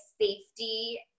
safety